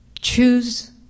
choose